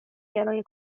کرایه